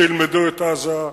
שילמדו את עזה,